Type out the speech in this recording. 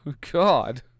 God